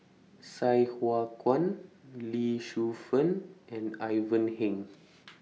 Sai Hua Kuan Lee Shu Fen and Ivan Heng